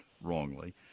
wrongly